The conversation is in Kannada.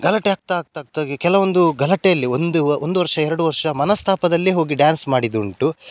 ಗಲಾಟೆ ಆಗ್ತಾ ಆಗ್ತಾ ಆಗ್ತಾ ಹೋಗಿ ಕೆಲವೊಂದು ಗಲಾಟೆಯಲ್ಲಿ ಒಂದು ಒಂದು ವರ್ಷ ಎರಡು ವರ್ಷ ಮನಸ್ತಾಪದಲ್ಲೇ ಹೋಗಿ ಡ್ಯಾನ್ಸ್ ಮಾಡಿದ್ದುಂಟು